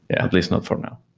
at least not from now.